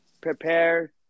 prepare